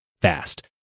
fast